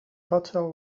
hotel